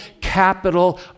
capital